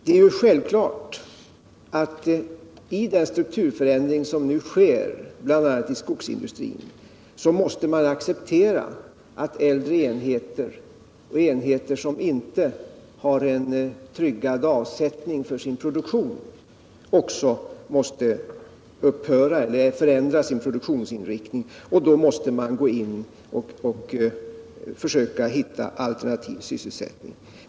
Det är självklart att i den strukturförändring som nu sker, bl.a. i skogsindustrin, måste man acceptera att äldre enheter och enheter som inte har en tryggad avsättning för sin produktion också tvingas upphöra eller förändra sin produktionsinriktning, och då måste man gå in och försöka hitta alternativ sysselsättning.